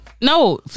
no